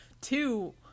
Two